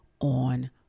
on